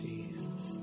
Jesus